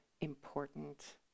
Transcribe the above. important